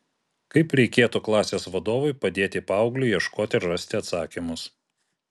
kaip reikėtų klasės vadovui padėti paaugliui ieškoti ir rasti atsakymus